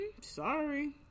Sorry